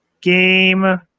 Game